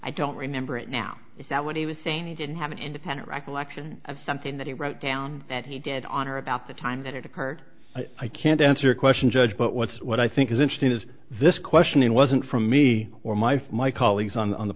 i don't remember it now is that what he was saying he didn't have an independent recollection of something that he wrote down that he did on or about the time that it occurred i can't answer your question judge but what's what i think is interesting is this question wasn't from me or my from my colleagues on